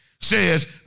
says